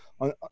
on